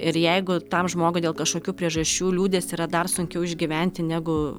ir jeigu tam žmogui dėl kažkokių priežasčių liūdesį yra dar sunkiau išgyventi negu